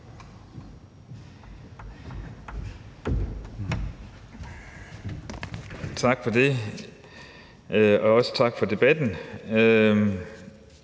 Tak for det, og også tak for debatten.